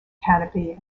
canopy